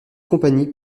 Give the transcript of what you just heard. compagnie